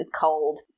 cold